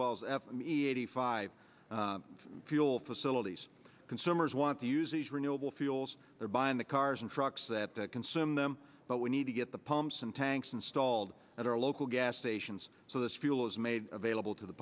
well as f m e eighty five fuel facilities consumers want to use these renewable fuels they're buying the cars and trucks that that consume them but we need to get the pumps and tanks installed at our local gas stations so this fuel is made available to the